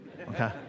Okay